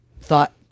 thought